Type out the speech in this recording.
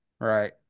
Right